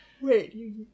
Wait